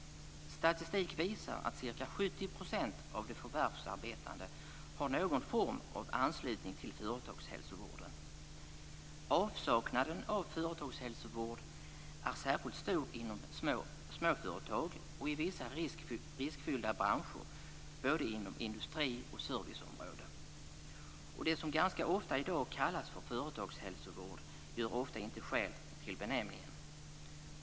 Statistik visar att ca 70 % av de förvärvsarbetande har någon form av anslutning till företagshälsovården. Avsaknaden av företagshälsovård är särskilt stor inom småföretag och i vissa riskfyllda branscher, både inom industri och serviceområde. Och det som ganska ofta i dag kallas för företagshälsovård gör ofta inte skäl för benämningen.